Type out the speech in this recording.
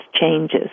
changes